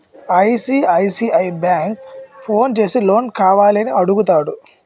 ICICI bank phone చేసి loan కావాల అని అడుగుతాడు